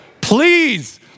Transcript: please